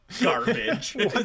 garbage